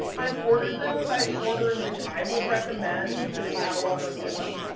i've ordered them by the order in which i would recommend that a cataloger learn them.